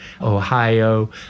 Ohio